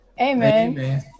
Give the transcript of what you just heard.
Amen